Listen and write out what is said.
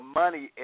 money